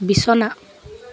বিছনা